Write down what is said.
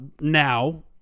now